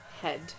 head